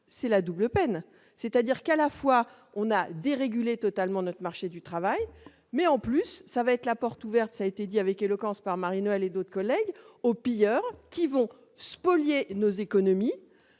c'est la double peine, c'est-à-dire qu'à la fois on a dérégulé totalement notre marché du travail, mais en plus, ça va être la porte ouverte, ça a été dit avec éloquence par Marie-Noëlle et d'autres collègues aux pilleurs qui vont spolier nos économies